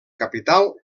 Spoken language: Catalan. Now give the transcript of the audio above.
capital